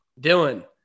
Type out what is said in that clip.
Dylan